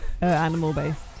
animal-based